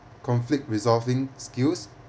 conflict resolving skills